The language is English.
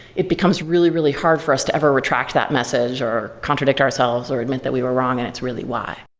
it becomes really, really hard for us to ever retract that message, or contradict ourselves, or admit that we were wrong and it's really why.